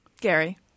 Gary